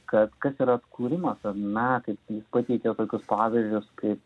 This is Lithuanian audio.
kad kas yra atkūrimas ar ne tai jis pateikia tokius pavyzdžius kaip